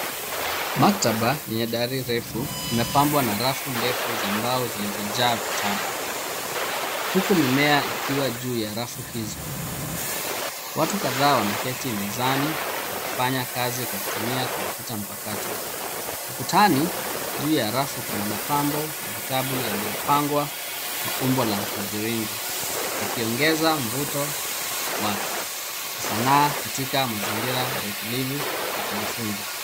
Maktaba yenye dari refu imepambwa na rafu ndefu za mbao zilizojaa vitabu, huku mimea ikiwa juu ya rafu hizo. Watu kadhaa wameketi mezani wakifanya kazi kwa kutumia kompyuta mpakato. Ukutani juu ya rafu, kuna mapambo ya vitabu yaliyopangwa kwa umbo la mviringo, yakiongeza mvuto wa kisanaa katika mazingira ya utulivu ya kujifunza.